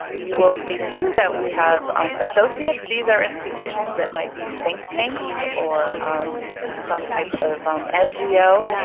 you will see too that we have um associates. these are institutions that might be think tanks or some type of ngo,